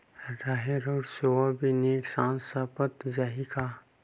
राहेर अउ सोयाबीन एक साथ सप्ता चाही का?